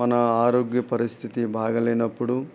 మన ఆరోగ్య పరిస్థితి బాగలేనప్పుడు